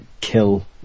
kill